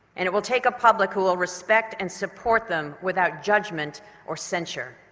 and it will take a public who will respect and support them without judgment or censor.